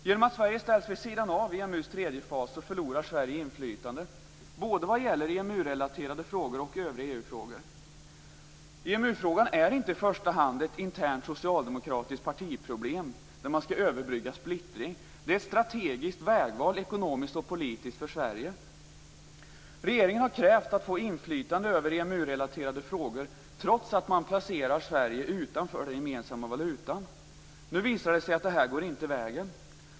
Genom att Sverige ställs vid sidan av EMU:s tredje fas förlorar Sverige i inflytande, både vad gäller EMU-relaterade frågor och övriga EU-frågor. EMU-frågan är inte i första hand ett internt socialdemokratiskt partiproblem där man skall överbrygga splittring utan ett strategiskt, ekonomiskt och politiskt vägval för Sverige. Regeringen har krävt att få inflytande över EMU relaterade frågor, trots att man placerar Sverige utanför den gemensamma valutan. Nu visar det sig att detta inte går vägen.